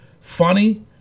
Funny